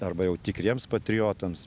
arba jau tikriems patriotams